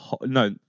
no